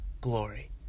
glory